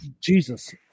Jesus